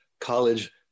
college